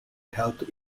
health